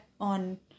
on